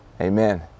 Amen